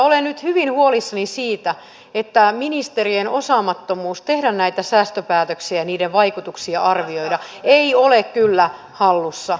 olen nyt hyvin huolissani ministerien osaamattomuudessta tehdä näitä säästöpäätöksiä ja arvioida niiden vaikutuksia arvioita ei ole kylä hallussa